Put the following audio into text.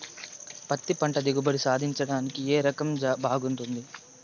పత్తి పంట దిగుబడి సాధించడానికి ఏ రకం బాగుంటుంది?